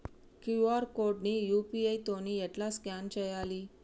QR code ని UPI తోని ఎట్లా స్కాన్ చేయాలి?